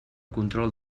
control